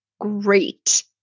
great